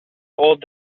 old